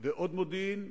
ועוד מודיעין,